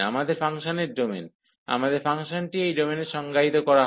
আমাদের ফাংশনের ডোমেন আমাদের ফাংশনটি এই ডোমেইনে সংজ্ঞায়িত করা হয়